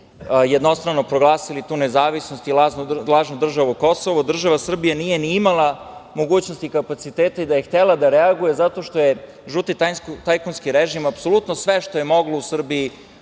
jednostrano proglasili tu nezavisnost i lažnu državu Kosovo, država Srbija nije ni imala mogućnost i kapacitete i da je htela da reaguje, zato što je žuti tajkunski režim apsolutno sve što je moglo u Srbiji